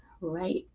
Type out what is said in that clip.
right